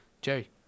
Jerry